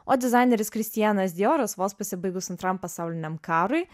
o dizaineris kristijanas dijoras vos pasibaigus antram pasauliniam karui